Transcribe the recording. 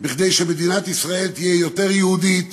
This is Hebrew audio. כדי שמדינת ישראל תהיה יותר יהודית,